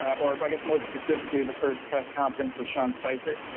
or i guess more specifically the first press conference with sean spicer,